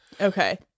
okay